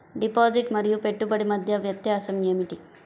Deposit మరియు పెట్టుబడి మధ్య వ్యత్యాసం ఏమిటీ?